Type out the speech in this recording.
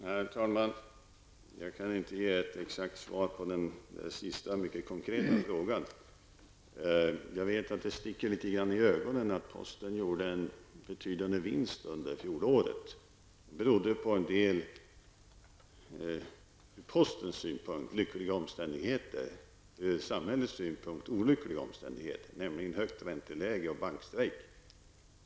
Herr talman! Jag kan inte ge ett exakt svar på den senaste mycket konkreta frågan. Jag vet att det sticker litet grann i ögonen att posten gjorde en betydande vinst under fjolåret. Det berodde på en del från postens synpunkt lyckliga omständigheter men från samhällets synpunkt olyckliga omständigheter, nämligen högt ränteläge och bankstrejk.